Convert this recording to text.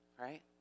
right